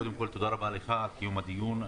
קודם כול תודה רבה לך על קיום הדיון.